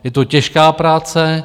Je to těžká práce.